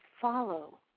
follow